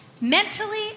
mentally